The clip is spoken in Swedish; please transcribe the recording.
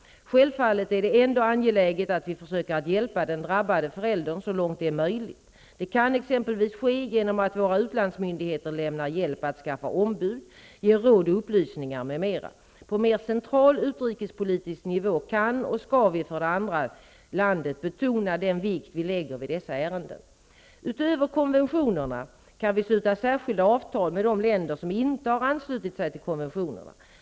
Självfallet är det ändå angeläget att vi försöker hjälpa den drabbade föräldern så långt det är möjligt. Det kan exempelvis ske genom att våra utlandsmyndigheter lämnar hjälp att skaffa ombud, ger råd och upplysningar m.m. På central utrikespolitisk nivå kan och skall vi för det andra landet betona den vikt vi lägger vid dessa ärenden. Utöver konventionerna kan vi sluta särskilda avtal med de länder som inte har anslutit sig till konventionerna.